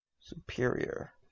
Superior